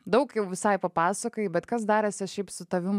daug jau visai papasakojai bet kas darėsi šiaip su tavim